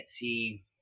see